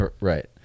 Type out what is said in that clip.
right